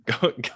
go